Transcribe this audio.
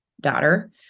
daughter